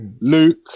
Luke